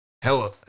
Hello